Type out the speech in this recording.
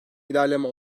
ilerleme